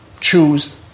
choose